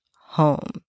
home